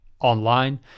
online